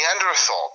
neanderthal